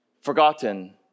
forgotten